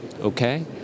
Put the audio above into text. okay